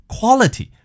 Quality